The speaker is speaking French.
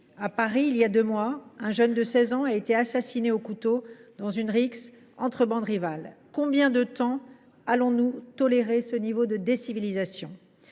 À Paris, il y a deux mois, un jeune de 16 ans a été assassiné au couteau dans une rixe entre bandes rivales. Combien de temps allons nous tolérer ce niveau de décivilisation ?